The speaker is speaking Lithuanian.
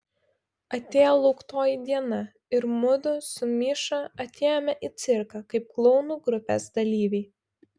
atėjo lauktoji diena ir mudu su miša atėjome į cirką kaip klounų grupės dalyviai